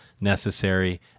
necessary